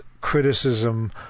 criticism